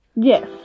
Yes